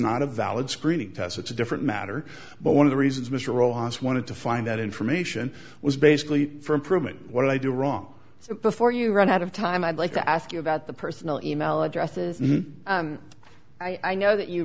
not a valid screening test it's a different matter but one of the reasons mr owens wanted to find out information was basically for improvement what do i do wrong so before you run out of time i'd like to ask you about the personal email addresses i know that you